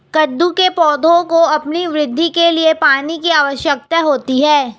कद्दू के पौधों को अपनी वृद्धि के लिए पानी की आवश्यकता होती है